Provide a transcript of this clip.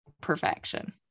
perfection